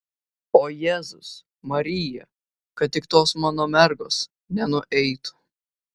o jėzus marija kad tik tos mano mergos nenueitų